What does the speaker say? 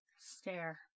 Stare